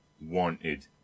wanted